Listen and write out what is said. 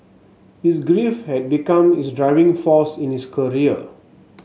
his grief had become his driving force in his career